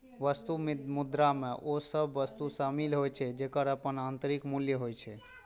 वस्तु मुद्रा मे ओ सभ वस्तु शामिल होइ छै, जेकर अपन आंतरिक मूल्य होइ छै